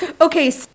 okay